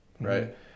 right